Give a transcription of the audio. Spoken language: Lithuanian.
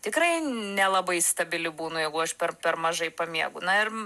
tikrai nelabai stabili būnu jeigu aš per per mažai pamiegu na ir